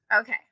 Okay